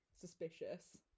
suspicious